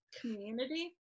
community